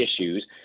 issues –